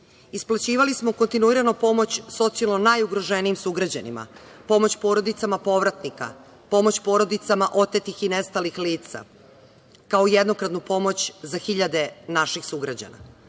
kabinete. Isplaćivali smo kontinuirano pomoć socijalno najugroženijim sugrađanima, pomoć porodicama povratnika, pomoć porodicama otetih i nestalih lica kao jednokratnu pomoć naših sugrađana. Onima